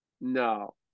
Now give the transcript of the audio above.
No